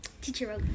teacher